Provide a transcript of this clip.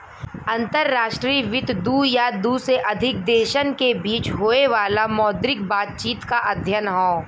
अंतर्राष्ट्रीय वित्त दू या दू से अधिक देशन के बीच होये वाला मौद्रिक बातचीत क अध्ययन हौ